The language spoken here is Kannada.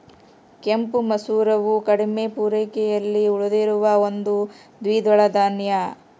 ಕೆಂಪು ಮಸೂರವು ಕಡಿಮೆ ಪೂರೈಕೆಯಲ್ಲಿ ಉಳಿದಿರುವ ಒಂದು ದ್ವಿದಳ ಧಾನ್ಯ